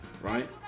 right